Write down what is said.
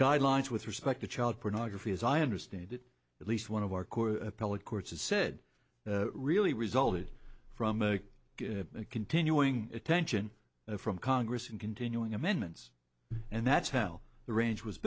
guidelines with respect to child pornography as i understand it at least one of our court appellate courts said really resulted from a continuing attention from congress and continuing amendments and that's how the range was